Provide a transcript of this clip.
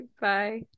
Bye